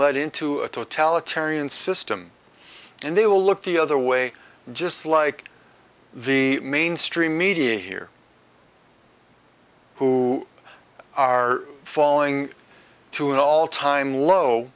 totalitarian system and they will look the other way just like the mainstream media here who are falling to an all time low